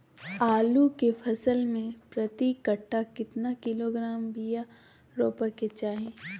आलू के फसल में प्रति कट्ठा कितना किलोग्राम बिया रोपे के चाहि?